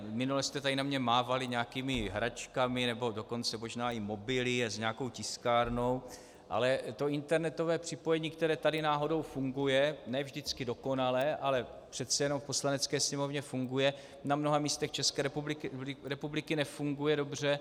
Minule jste tady na mě mávali nějakými hračkami, nebo dokonce možná i mobily s nějakou tiskárnou, ale to internetové připojení, které tady náhodou funguje, ne vždycky dokonale, ale přece jenom v Poslanecké sněmovně funguje, na mnoha místech České republiky nefunguje dobře.